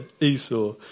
Esau